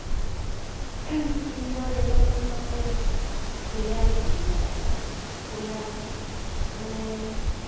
ᱤᱧᱫᱚ ᱡᱚᱛᱚᱠᱷᱚᱱ ᱫᱚ ᱢᱟᱱᱮ ᱥᱨᱤᱭᱟᱞ ᱤᱧ ᱠᱩᱥᱤᱭᱟᱜᱼᱟ ᱪᱮᱫᱟᱜ ᱥᱨᱤᱭᱟᱞ ᱨᱮ ᱢᱟᱱᱮ